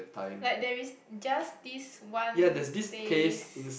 like there is just this one base